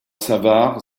savart